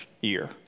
year